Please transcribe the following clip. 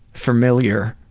familiar,